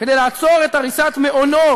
כדי לעצור את הריסת מעונו